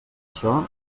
això